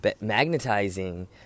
magnetizing